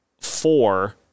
four